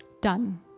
Done